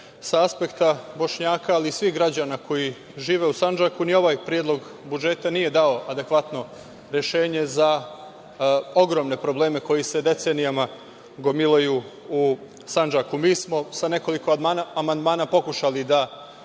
Sa aspekta Bošnjaka, ali i svih građana koji žive u Sandžaku, ni ovaj predlog budžeta nije dao adekvatno rešenje za ogromne probleme koji se decenijama gomilaju u Sandžaku. Mi smo sa nekoliko amandmana pokušali da